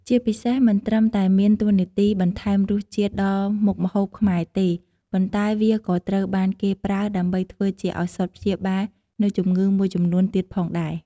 ជាពិសេស មិនត្រឹមតែមានតួនាទីបន្ថែមរសជាតិដល់មុខម្ហូបខ្មែរទេ ប៉ុន្តែវាក៏ត្រូវបានគេប្រើដើម្បីធ្វើជាឱសថព្យាបាលនូវជំងឺមួយចំនួនទៀតផងដែរ។